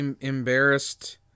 embarrassed